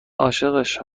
عاشقش